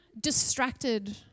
distracted